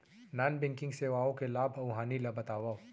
non banking सेवाओं के लाभ अऊ हानि ला बतावव